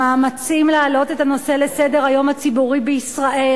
למאמצים להעלות את הנושא לסדר-היום הציבורי בישראל